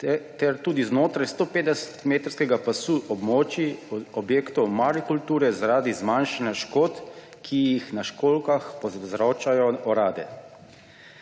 ter tudi znotraj 150-metrskega pasu območij objektov marikulture zaradi zmanjšanja škod, ki jih na školjkah povzročajo orade.